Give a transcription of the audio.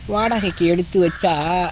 வாடகைக்கு எடுத்து வைச்சா